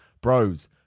bros